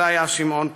זה היה שמעון פרס.